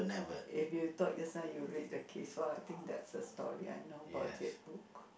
if you taught your son you read the case so I think that's the story I know about that book